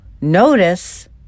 notice